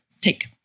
take